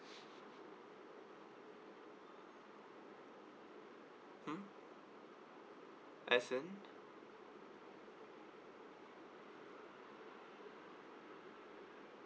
hmm as in